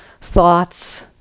Thoughts